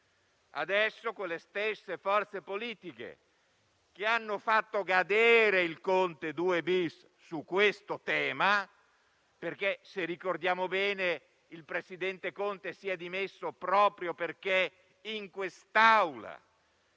Adesso, con le stesse forze politiche che hanno fatto cadere il Governo Conte-*bis* su questo tema - se ricordiamo bene, il presidente Conte si è dimesso perché in quest'Aula,